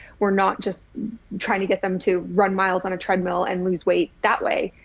we're not just trying to get them to run miles on a treadmill and lose weight. that way.